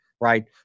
right